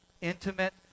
intimate